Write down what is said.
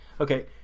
Okay